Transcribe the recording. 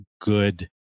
good